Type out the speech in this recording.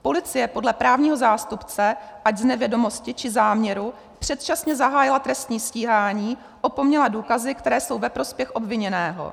Policie podle právního zástupce, ať z nevědomosti, či záměru, předčasně zahájila trestní stíhání, opomněla důkazy, které jsou ve prospěch obviněného.